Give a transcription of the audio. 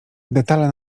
detale